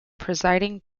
presiding